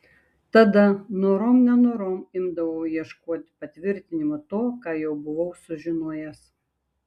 tada norom nenorom imdavau ieškoti patvirtinimų to ką jau buvau sužinojęs